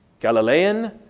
Galilean